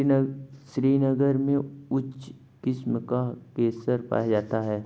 श्रीनगर में उच्च किस्म का केसर पाया जाता है